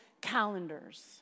calendars